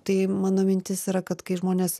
tai mano mintis yra kad kai žmonės